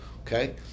okay